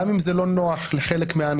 גם אם זה לא נוח לחלק מהאנשים.